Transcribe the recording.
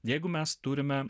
jeigu mes turime